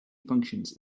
functions